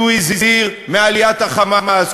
כשהוא הזהיר מעליית ה"חמאס",